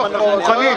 אנחנו מוכנים.